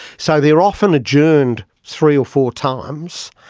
so they are often adjourned three or four times.